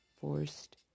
forced